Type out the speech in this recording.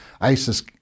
ISIS